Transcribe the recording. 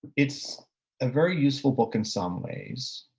it's a very useful book in some ways.